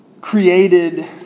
created